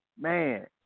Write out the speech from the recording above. Man